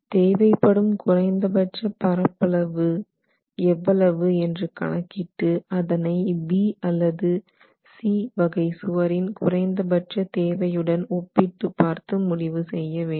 தேவைப்படும் குறைந்தபட்ச பரப்பளவு Avmin எவ்வளவு என்று கணக்கிட்டு அதனை B அல்லது C வகை சுவரின் குறைந்தபட்ச தேவையுடன் ஒப்பிட்டு பார்த்து முடிவு செய்ய வேண்டும்